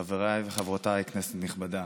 חבריי וחברותיי, כנסת נכבדה,